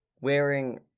wearing